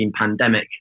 pandemic